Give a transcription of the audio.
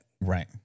Right